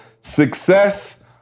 Success